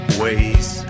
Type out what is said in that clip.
ways